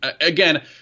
Again